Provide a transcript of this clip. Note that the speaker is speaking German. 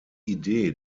idee